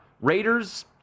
Raiders